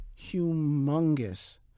humongous